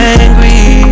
angry